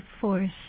force